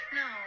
no